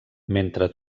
mentre